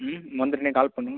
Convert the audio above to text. ம் வந்துவிட்டு உடனே கால் பண்ணுங்கள்